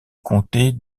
comtés